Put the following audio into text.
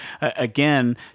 again